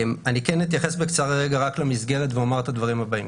אני כן אתייחס בקצרה רגע רק למסגרת ואומר את הדברים הבאים.